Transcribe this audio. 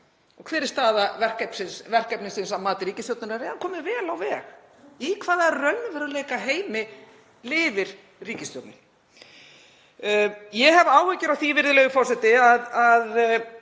Og hver er staða verkefnisins að mati ríkisstjórnarinnar? Já, það er komið vel á veg. Í hvaða raunveruleika heimi lifir ríkisstjórnin? Ég hef áhyggjur af því, virðulegur forseti, að